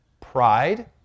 pride